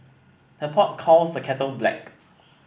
the pot calls the kettle black